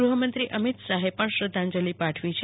ગૃહમંત્રી અમિત શાહે પણ શ્રધ્ધાજંલિ પાઠવી છે